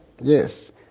Yes